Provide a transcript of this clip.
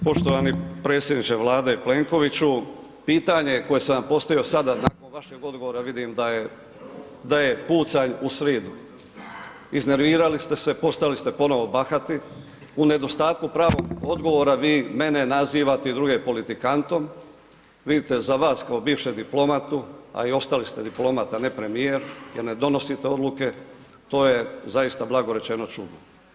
Poštovani predsjedniče Vlade Plenkoviću, pitanje koje sam vam postavio sada nakon vašeg odgovora vidim da je pucanj u sridu, iznervirali ste se, postali ste ponovo bahati, u nedostatku pravog odgovora vi mene nazivate i druge politikantom, vidite za vas kao bivšeg diplomatu, a i ostali ste diplomata, ne premijer jer ne donosite odluke, to je zaista blago rečeno čudno.